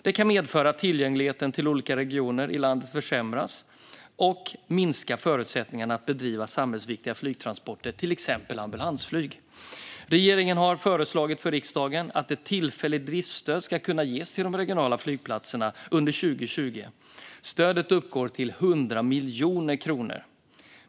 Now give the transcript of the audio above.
Det kan medföra att tillgängligheten till olika regioner i landet försämras och minska förutsättningarna att bedriva samhällsviktiga flygtransporter, till exempel ambulansflyg. Regeringen har föreslagit för riksdagen att ett tillfälligt driftsstöd ska kunna ges till de regionala flygplatserna under 2020. Stödet uppgår till 100 miljoner kronor.